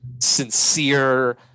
sincere